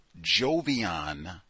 Jovian